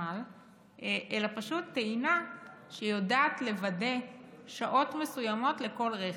אלא פשוט טעינה שיודעת לוודא שעות מסוימות לכל רכב.